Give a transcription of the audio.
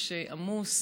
עמוס,